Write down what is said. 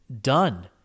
done